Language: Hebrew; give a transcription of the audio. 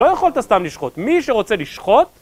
לא יכולת סתם לשחוט, מי שרוצה לשחוט